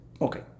Okay